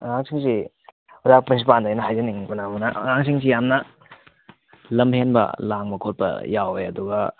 ꯑꯉꯥꯡꯁꯤꯡꯁꯤ ꯑꯣꯖꯥ ꯄ꯭ꯔꯤꯟꯁꯤꯄꯥꯜꯗ ꯑꯩꯅ ꯍꯥꯏꯖꯅꯤꯡꯕꯅ ꯑꯉꯥꯡꯁꯤꯡꯁꯤ ꯌꯥꯝꯅ ꯂꯝ ꯍꯦꯟꯕ ꯂꯥꯡꯕ ꯈꯣꯠꯄ ꯌꯥꯎꯋꯦ ꯑꯗꯨꯒ